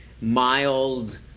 mild